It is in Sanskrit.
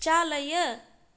चालय